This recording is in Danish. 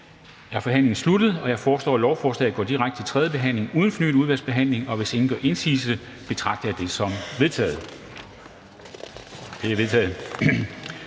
er forhandlingen sluttet. Jeg foreslår, at lovforslaget går direkte til tredje behandling uden fornyet udvalgsbehandling. Hvis ingen gør indsigelse, betragter jeg det som vedtaget.